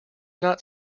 not